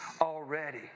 Already